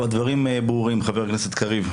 טוב הדברים ברורים חבר כנסת קריב,